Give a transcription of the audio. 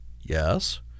Yes